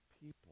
people